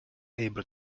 able